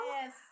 Yes